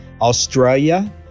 Australia